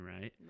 Right